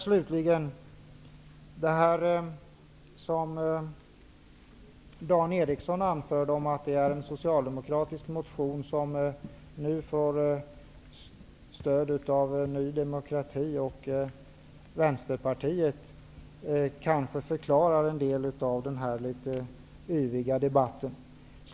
Att det, som Dan Eriksson i Stockholm sade, är en socialdemokratisk motion som nu får stöd av Ny demokrati och Vänsterpartiet kanske förklarar en del av den här litet yviga debatten.